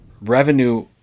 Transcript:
revenue